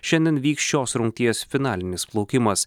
šiandien vyks šios rungties finalinis plaukimas